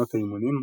מחנות האימונים,